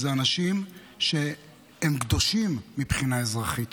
אלו אנשים שהם קדושים מבחינה אזרחית.